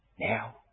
now